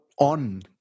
on